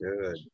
Good